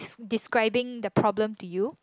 describing the problem to you